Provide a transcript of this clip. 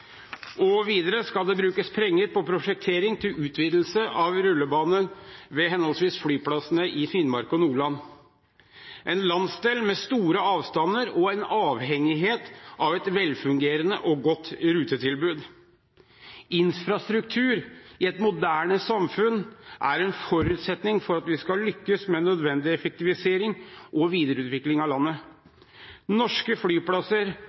Videre skal det brukes penger på prosjektering til utvidelse av rullebane ved flyplassene i henholdsvis Finnmark og Nordland – en landsdel med store avstander, og hvor man er avhengig av et velfungerende og godt rutetilbud. Infrastruktur i et moderne samfunn er en forutsetning for at vi skal lykkes med nødvendig effektivisering og videreutvikling av landet. Norske flyplasser